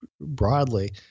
broadly